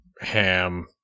ham